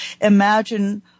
imagine